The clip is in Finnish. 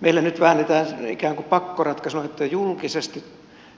meillä nyt väännetään ikään kuin pakkoratkaisuna että julkisesti